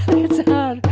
it's and